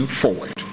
forward